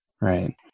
Right